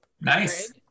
Nice